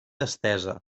estesa